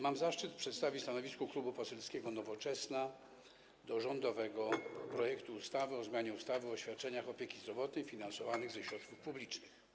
Mam zaszczyt przedstawić stanowisko Klubu Poselskiego Nowoczesna wobec rządowego projektu ustawy o zmianie ustawy o świadczeniach opieki zdrowotnej finansowanych ze środków publicznych.